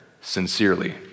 sincerely